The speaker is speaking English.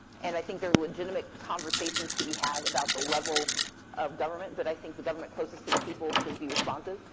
and i think there are legitimate conversations to be had about the level of government. but i think the government closest to the people should be responsive.